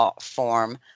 form